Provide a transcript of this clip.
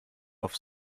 auf